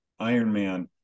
Ironman